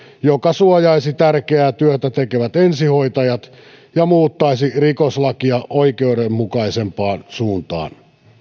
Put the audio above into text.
joka suojaisi tärkeää työtä tekevät ensihoitajat ja muuttaisi rikoslakia oikeudenmukaisempaan suuntaan